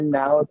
now